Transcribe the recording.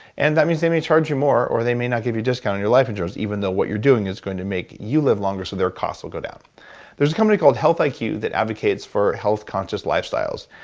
and that means they may charge you more, or they may not give you a discount on your life insurance, even though what you're doing is going to make you live longer so their costs will go down there's a company called health like iq that advocates for health-conscious lifestyles.